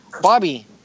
Bobby